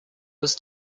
was